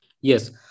Yes